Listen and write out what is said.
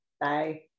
bye